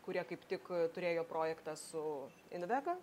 kurie kaip tik turėjo projektą su invega